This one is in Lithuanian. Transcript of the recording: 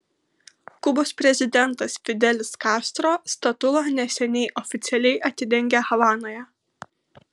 kubos prezidentas fidelis kastro statulą neseniai oficialiai atidengė havanoje